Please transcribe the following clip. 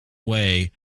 way